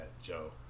Joe